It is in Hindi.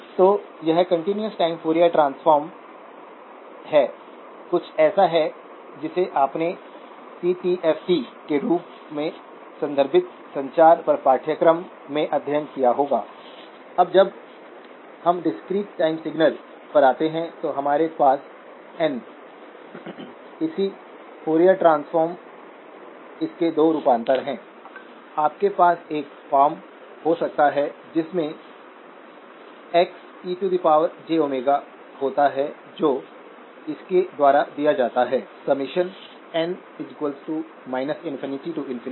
तो अब हमारे पास VGS VDS ID के रूप में कुल क्वान्टिटी है जिसका मतलब यह है कि vi की भिन्नता हर पल में है हम VGS और VDS जानते हैं इसलिए हम गणना कर सकते हैं जब यह ट्राइओड रीजन में प्रवेश करता हैं या जब यह कट ऑफ में प्रवेश करता हैं और इसी तरह